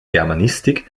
germanistik